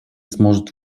сможет